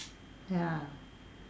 ya